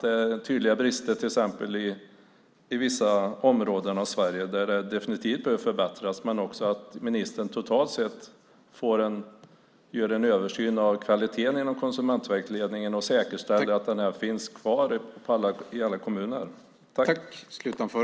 Det är tydliga brister i vissa områden av Sverige där det definitivt behöver förbättras, men det behövs också att ministern totalt sett gör en översyn av kvaliteten inom konsumentvägledningen och säkerställer att den finns kvar i alla kommuner.